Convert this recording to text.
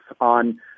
on